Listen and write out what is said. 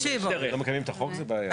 אם לא מקיימים את החוק זו בעיה.